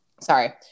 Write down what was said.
Sorry